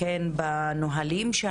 זה בנהלים שהיו קיימים.